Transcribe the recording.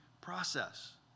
process